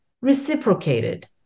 reciprocated